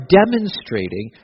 demonstrating